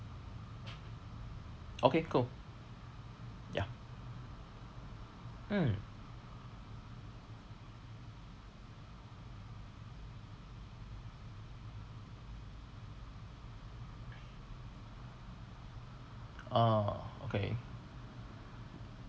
okay cool ya mm uh okay